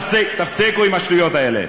תפסיקו עם השטויות האלה.